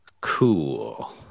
Cool